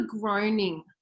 groaning